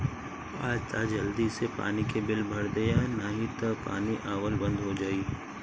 आज तअ जल्दी से पानी के बिल भर दअ नाही तअ पानी आवल बंद हो जाई